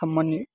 खामानि